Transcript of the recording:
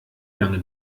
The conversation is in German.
lange